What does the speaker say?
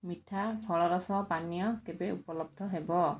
ମିଠା ଫଳରସ ପାନୀୟ କେବେ ଉପଲବ୍ଧ ହେବ